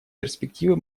перспективы